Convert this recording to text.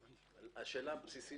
הבנתי